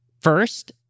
First